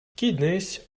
kidneys